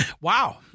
Wow